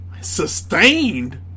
sustained